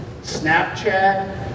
Snapchat